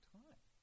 time